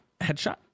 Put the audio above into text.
headshot